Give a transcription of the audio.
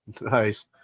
nice